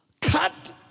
Cut